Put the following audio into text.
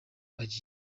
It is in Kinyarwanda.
bagiye